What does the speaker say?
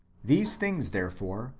these things, therefore,